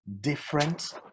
different